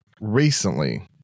Recently